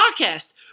Podcast